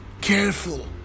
careful